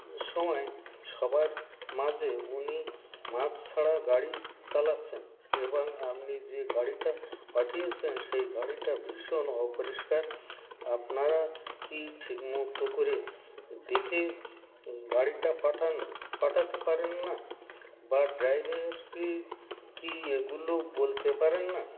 সময় সবার মাঝে উনি মাস্ক ছাড়া গাড়ি চালাচ্ছেন এবং আপনি যে গাড়িটা পাঠিয়েছেন সেই গাড়িটা ভীষণ অপরিষ্কার আপনারা কি ঠিকমতো করে দেখে গাড়িটা পাঠান পাঠাতে পারেন না বা ড্রাইভার কি কি এগুলো বলতে পারেন না